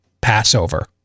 Passover